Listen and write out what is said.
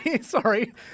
sorry